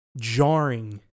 jarring